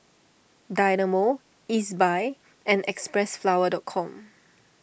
Dynamo Ezbuy and Xpressflower dot com